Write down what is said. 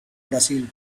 brasil